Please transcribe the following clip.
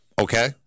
Okay